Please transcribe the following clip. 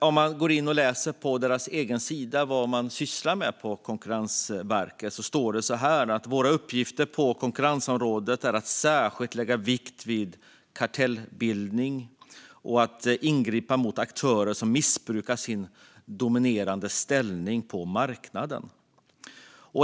Om man går in och läser på Konkurrensverkets egen sida vad verket sysslar med står det att dess uppgifter på konkurrensområdet är att lägga särskild vikt vid kartellbildning och att ingripa mot aktörer som missbrukar sin dominerande ställning på marknaden.